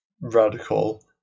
radical